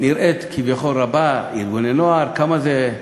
נראית כביכול רבה, ארגוני נוער, כמה זה?